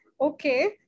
okay